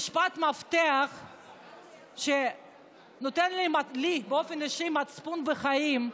משפט המפתח שנותן לי באופן אישי מצפון וחיים,